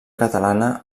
catalana